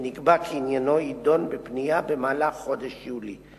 ונקבע כי עניינו יידון בפנייה במהלך חודש יולי.